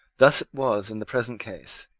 thus it was in the present case.